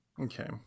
Okay